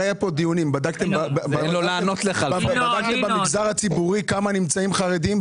בדקתם במגזר הציבורי כמה חרדים נמצאים?